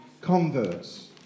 converts